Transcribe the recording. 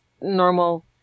normal